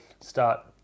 start